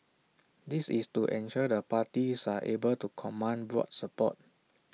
this is to ensure the parties are able to command broad support